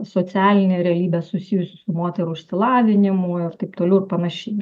socialinė realybė susijusi su moterų išsilavinimui ir taip toliau ir panašiai